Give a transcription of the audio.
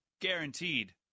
Guaranteed